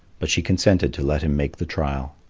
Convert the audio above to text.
but she consented to let him make the trial.